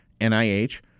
nih